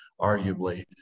arguably